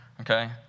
okay